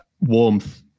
Warmth